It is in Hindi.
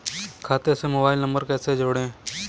खाते से मोबाइल नंबर कैसे जोड़ें?